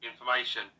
information